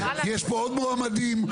יש פה עוד מועמדים,